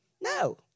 No